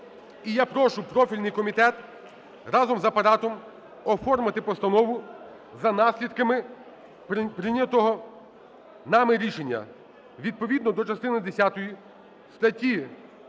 І я прошу профільний комітет разом з Апаратом оформити постанову за наслідками прийнятого нами рішення. Відповідно до частини десятої